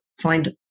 find